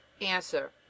Answer